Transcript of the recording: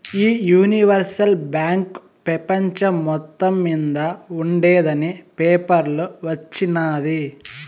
ఈ universal bank పెపంచం మొత్తం మింద ఉండేందని పేపర్లో వచిన్నాది